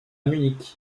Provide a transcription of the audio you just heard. munich